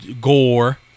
gore